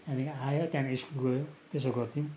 अनि आयो त्यहाँदेखिको स्कुल गयो त्यसो गर्थ्यौँ